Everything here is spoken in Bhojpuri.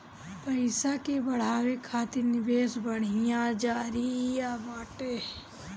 पईसा के बढ़ावे खातिर निवेश बढ़िया जरिया बाटे